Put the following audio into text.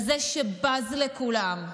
כזה שבז לכולם.